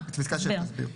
את פסקה 7 להסביר.